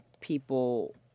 people